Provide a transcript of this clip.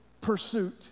pursuit